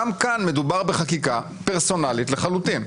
גם כאן מדובר בחקיקה פרסונלית לחלוטין.